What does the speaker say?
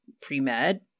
pre-med